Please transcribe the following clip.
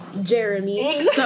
jeremy